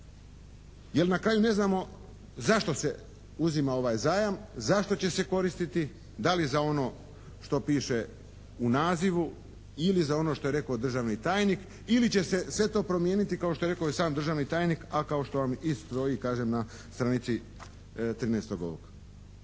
jer na kraju ne znamo za što se uzima ovaj zajam, za što će se koristiti, da li za ono što piše u nazivu ili za ono što je rekao državni tajnik ili će se sve to promijeniti kao što je rekao i sam državni tajnik, a kao što vam i stoji kažem na stranici 13 ovog.